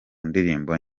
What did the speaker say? ndirimbo